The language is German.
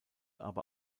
aber